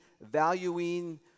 valuing